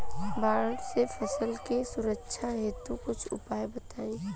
बाढ़ से फसल के सुरक्षा हेतु कुछ उपाय बताई?